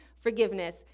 forgiveness